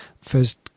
first –